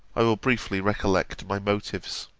i will briefly recollect my motives.